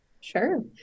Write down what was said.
Sure